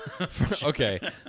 okay